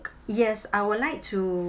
yes I would like to